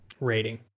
rating